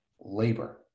labor